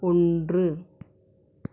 ஒன்று